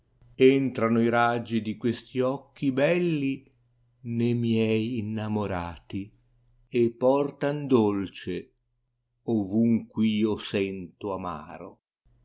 entrano i raggi di questi occhi belk ne miei innamorati portaa dolce ovunque io senta amaro